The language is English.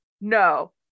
no